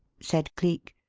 said cleek.